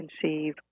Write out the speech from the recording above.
conceive